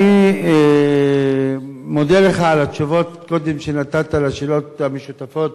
אני מודה לך על התשובות שנתת קודם לשאלות המשותפות